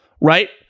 right